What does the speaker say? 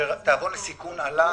שהתיאבון לסיכון עלה,